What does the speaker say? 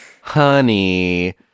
honey